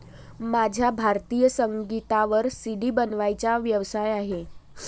माझा भारतीय संगीतावर सी.डी बनवण्याचा व्यवसाय आहे